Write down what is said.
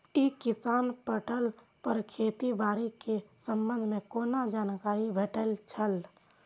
ई किसान पोर्टल पर खेती बाड़ी के संबंध में कोना जानकारी भेटय छल?